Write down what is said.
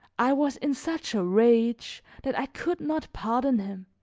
i was in such a rage that i could not pardon him,